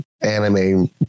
anime